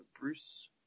Bruce